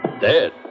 Dead